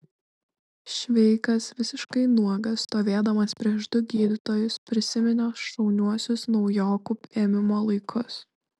šveikas visiškai nuogas stovėdamas prieš du gydytojus prisiminė šauniuosius naujokų ėmimo laikus